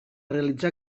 realitzar